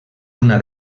una